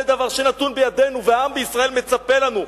זה דבר שנתון בידינו והעם בישראל מצפה לנו.